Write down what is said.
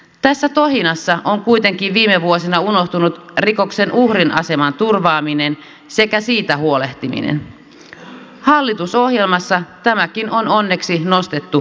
tässä tohinassa on kuitenkin viime vuosina ulottunut rikoksen uhrin aseman turvaaminen sekä siitä huolehtiminen hallitusohjelmassa tämäkin on onneksi nostettu